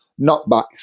knockbacks